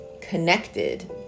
connected